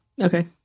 Okay